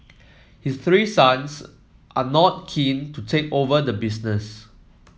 his three sons are not keen to take over the business